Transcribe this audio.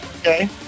Okay